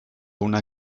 una